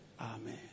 Amen